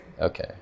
Okay